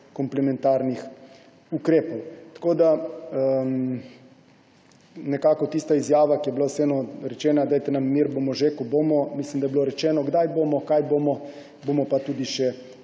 komplementarnih ukrepov. Tista izjava, ki je bila rečena, dajte nam mir, bomo že, ko bomo – mislim, da je bilo rečeno, kdaj bomo, kaj bomo, bomo pa tudi še